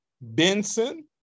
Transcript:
Benson